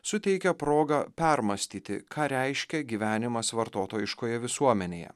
suteikė progą permąstyti ką reiškia gyvenimas vartotojiškoje visuomenėje